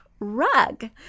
Rug